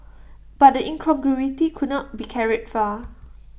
but the incongruity could not be carried far